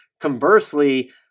Conversely